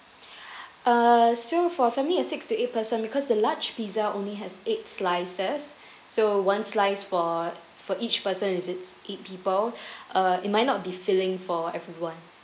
uh so for family of six to eight person because the large pizza only has eight slices so one slice for for each person if it's eight people uh it might not be filling for everyone